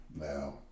Now